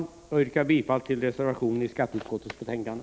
Jag yrkar bifall till reservationen i skatteutskottets betänkande.